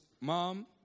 Mom